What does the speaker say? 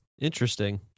Interesting